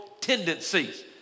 tendencies